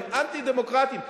הם אנטי-דמוקרטיים,